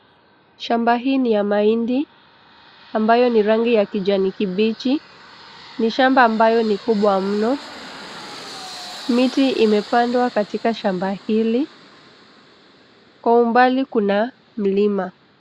Shamba hii ni ya mahindi ambayo ni ya rangi ya kijani kibichi. Ni shamba ambayo ni kubwa mno. Miti imepandwa katika shamba hili. Kwa umbali kuna mlima.